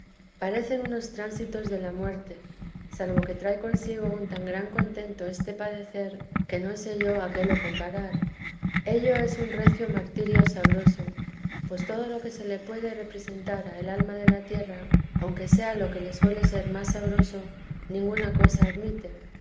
parecen unos tránsitos de la muerte salvo que trae consigo un tan gran contento este padecer que no sé yo a qué ló comparar ello es un recio martirio sabroso pues todo lo que se le puede representar a el alma de la tierra aunque sea lo que le suele ser más sabroso ninguna cosa admite